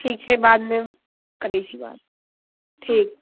ठीक छै बादमे करैत छी बात ठीक